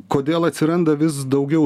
kodėl atsiranda vis daugiau